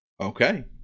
okay